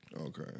Okay